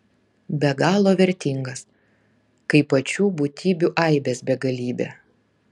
be galo vertingas kaip pačių būtybių aibės begalybė